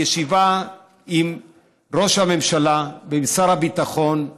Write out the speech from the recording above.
בישיבה עם ראש הממשלה ועם שר הביטחון,